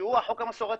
שהוא החוק המסורתי,